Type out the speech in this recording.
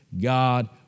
God